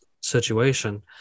situation